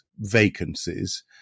vacancies